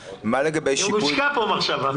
הושקעה פה מחשבה.